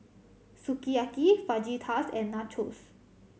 Sukiyaki Fajitas and Nachos